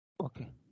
Okay